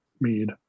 mead